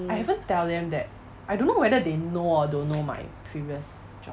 I haven't tell them that I don't know whether they know or don't know my previous job